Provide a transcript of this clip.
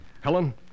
Helen